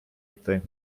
йти